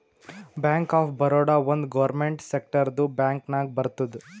bank of Baroda ಒಂದ್ government ಸೆಕ್ಟರ್ದು bank ನಾಗ್ ಬರ್ತುದ್